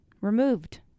removed